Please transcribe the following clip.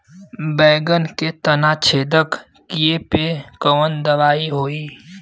बैगन के तना छेदक कियेपे कवन दवाई होई?